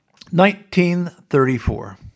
1934